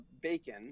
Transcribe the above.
bacon